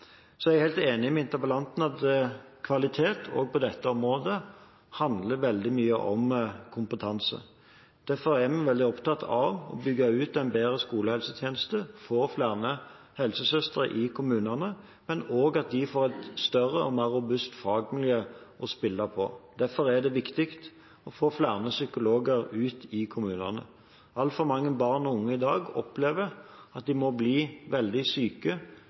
Så er jeg helt enig med interpellanten i at kvalitet, også på dette området, handler veldig mye om kompetanse. Derfor er vi veldig opptatt av å bygge ut en bedre skolehelsetjeneste og få flere helsesøstre i kommunene, men også av at de får et større og mer robust fagmiljø å spille på. Derfor er det viktig å få flere psykologer ut i kommunene. Altfor mange barn og unge opplever i dag at de må bli veldig syke